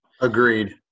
Agreed